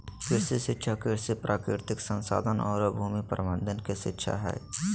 कृषि शिक्षा कृषि, प्राकृतिक संसाधन औरो भूमि प्रबंधन के शिक्षा हइ